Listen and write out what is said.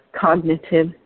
cognitive